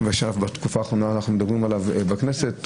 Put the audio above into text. בתקופה האחרונה אנחנו מדברים עליו בכנסת.